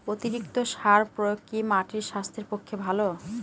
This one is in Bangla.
অতিরিক্ত সার প্রয়োগ কি মাটির স্বাস্থ্যের পক্ষে ভালো?